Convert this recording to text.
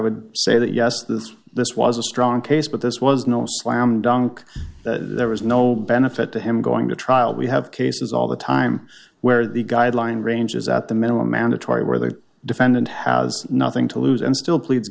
would say that yes this this was a strong case but this was no slam dunk there was no benefit to him going to trial we have cases all the time where the guideline range is at the minimum mandatory where the defendant has nothing to lose and still pleads